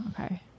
okay